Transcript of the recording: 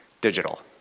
digital